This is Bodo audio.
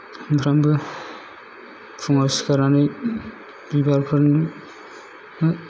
सानफ्रामबो फुङाव सिखारनानै बिबारफोर नो